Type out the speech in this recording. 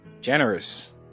generous